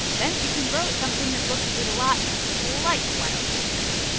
then you can grow something that looks a lot like wild ginseng,